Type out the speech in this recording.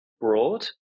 broad